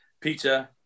Peter